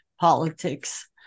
politics